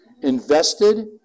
Invested